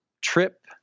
trip